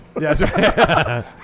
Yes